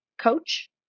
coach